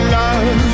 love